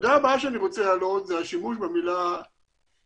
הנקודה הבאה שאני רוצה להעלות זה השימוש במילה שילוב,